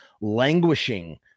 languishing